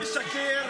אתה לא תשקר.